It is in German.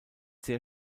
sehr